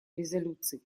резолюций